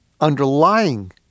underlying